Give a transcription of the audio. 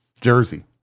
Jersey